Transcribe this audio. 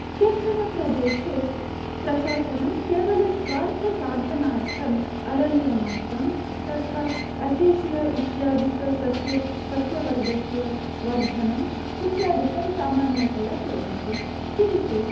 केचन प्रदेशे प्रशासनं केवलं स्वार्थसाधनार्थम् अरण्यनाशं तथा अकेशिया इत्यादिक सस्य सस्यवर्गस्य वर्धनम् इत्यादिकं सामान्यतया कुर्वन्ति किन्तु